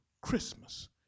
Christmas